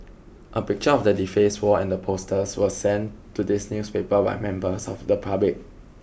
a picture of the defaced wall and the posters was sent to this newspaper by members of the public